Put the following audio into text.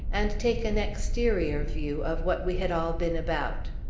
and take an exterior view of what we had all been about.